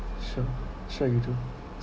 sure sure you do